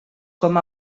com